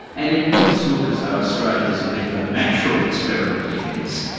and it does look as though australia is a bit of a natural experiment in this.